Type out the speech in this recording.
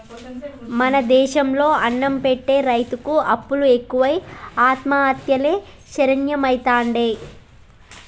మన దేశం లో అన్నం పెట్టె రైతుకు అప్పులు ఎక్కువై ఆత్మహత్యలే శరణ్యమైతాండే